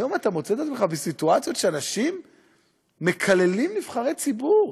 היום אתה מוצא את עצמך בסיטואציות שאנשים מקללים נבחרי ציבור,